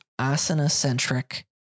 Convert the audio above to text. asana-centric